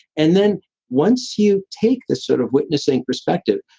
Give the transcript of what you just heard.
and then once you take the sort of witnessing perspective,